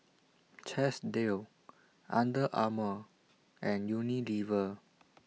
Chesdale Under Armour and Unilever